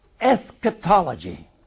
eschatology